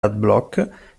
adblock